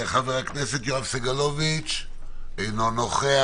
חבר הכנסת יואב סגלוביץ אינו נוכח.